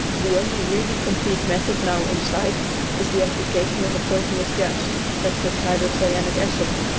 the only really complete method now in sight is the application of a poisonous gas, such as hydrocyanic acid,